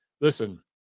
Listen